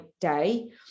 day